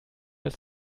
ist